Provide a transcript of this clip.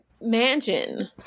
imagine